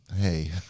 Hey